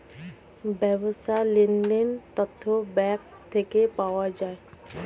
ব্যবসার লেনদেনের তথ্য ব্যাঙ্ক থেকে পাওয়া যায়